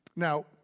Now